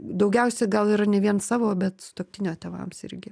daugiausia gal ir ne vien savo bet sutuoktinio tėvams irgi